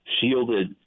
shielded